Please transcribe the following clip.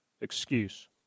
excuse